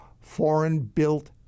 foreign-built